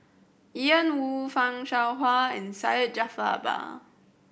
Ian Woo Fan Shao Hua and Syed Jaafar Albar